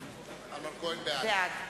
בעד